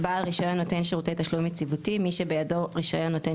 יבוא: ""בעל רישיון נותן שירותי תשלום יציבותי" - מי שבידו רישיון נותן